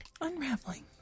Unraveling